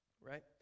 Right